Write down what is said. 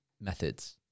methods